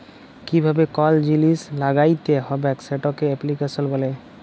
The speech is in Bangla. কিভাবে কল জিলিস ল্যাগ্যাইতে হবেক সেটকে এপ্লিক্যাশল ব্যলে